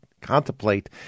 contemplate